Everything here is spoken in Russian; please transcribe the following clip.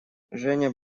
женя